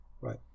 Right